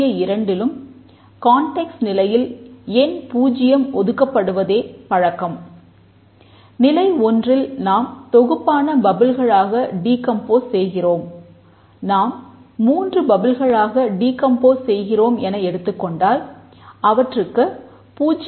இதுவே பப்பிளில் செய்கிறோம் என எடுத்துக்கொண்டால் அவற்றுக்கு 0